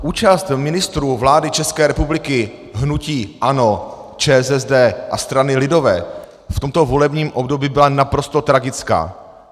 Účast ministrů vlády České republiky hnutí ANO, ČSSD a strany lidové v tomto volebním období byla naprosto tragická.